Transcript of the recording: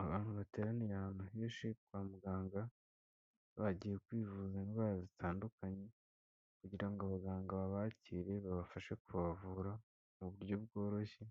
Abantu bateraniye ahantu henshi kwa muganga, bagiye kwivuza indwara zitandukanye kugira ngo abaganga babakire babafashe kubavura mu buryo bworoshye